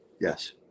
Yes